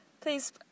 please